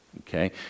Okay